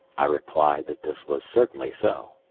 i replied that this was certainly so.